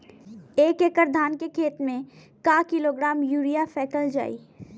एक एकड़ धान के खेत में क किलोग्राम यूरिया फैकल जाई?